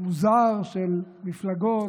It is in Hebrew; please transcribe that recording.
מוזר של מפלגות,